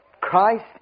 Christ